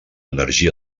energia